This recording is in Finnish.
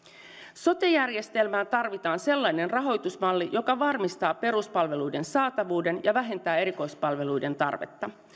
sote järjestelmään tarvitaan sellainen rahoitusmalli joka varmistaa peruspalveluiden saatavuuden ja vähentää erikoispalveluiden tarvetta